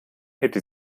hätte